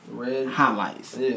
highlights